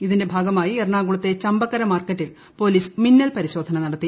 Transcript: ഇതിന്റെ ഭാഗമായി എറണാകുളത്തെ ചമ്പക്കര മാർക്കറ്റിൽ പൊലീസ് മിന്നൽ പരിശോധന നടത്തി